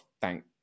thank